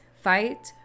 fight